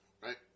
Right